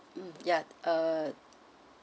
mm yeah uh